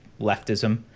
leftism